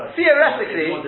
Theoretically